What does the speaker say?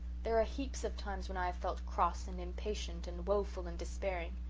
there are heaps of times when i have felt cross and impatient and woeful and despairing.